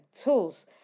tools